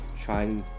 trying